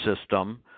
system